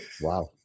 Wow